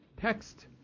text